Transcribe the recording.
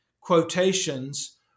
quotations